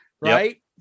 Right